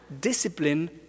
Discipline